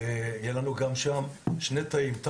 שני תאים.